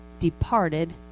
departed